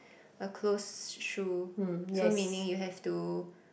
a closed shoe so meaning you have to